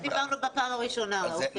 על זה דיברנו בפעם הראשונה, עופר.